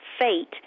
fate